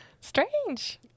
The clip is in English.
strange